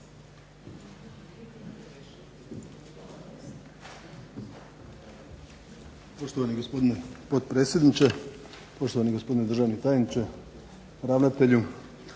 Poštovani gospodine potpredsjedniče, poštovani gospodine državni tajniče, ravnatelju,